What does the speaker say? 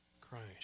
Christ